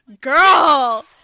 Girl